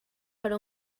per